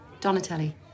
Donatelli